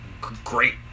great